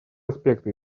аспекты